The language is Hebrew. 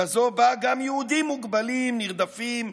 כזאת שבה גם יהודים מוגבלים, נרדפים,